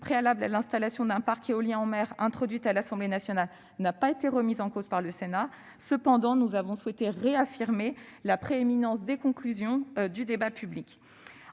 préalables à l'installation d'un parc éolien en mer introduites par l'Assemblée nationale à l'article 25 n'ont pas été remises en cause par le Sénat. Cependant, nous avons souhaité réaffirmer la prééminence des conclusions du débat public.